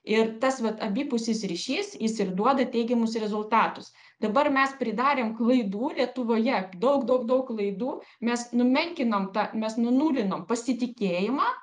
ir tas vat abipusis ryšys jis ir duoda teigiamus rezultatus dabar mes pridarėm klaidų lietuvoje daug daug daug klaidų mes numenkinom tą mes nunulinom pasitikėjimą